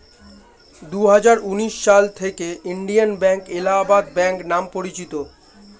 দুহাজার উনিশ সাল থেকে ইন্ডিয়ান ব্যাঙ্ক এলাহাবাদ ব্যাঙ্ক নাম পরিচিত